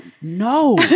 no